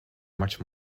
much